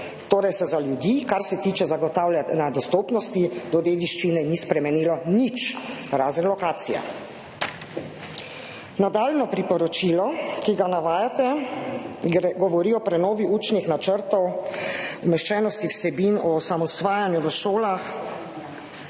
Torej se za ljudi, kar se tiče zagotavljanja dostopnosti do dediščine, ni spremenilo nič razen lokacije. Nadaljnje priporočilo, ki ga navajate, govori o prenovi učnih načrtov, umeščenosti vsebin o osamosvajanju v šolah,